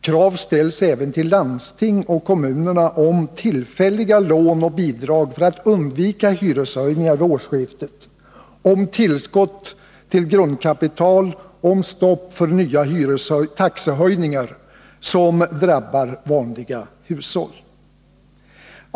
Krav ställs även till landstingen och kommunerna om tillfälliga lån och bidrag för att undvika hyreshöjningar vid årsskiftet, om tillskott till grundkapital och om stopp för nya taxehöjningar som drabbar vanliga hushåll.